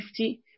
50